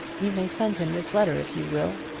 you may send him this letter if you will.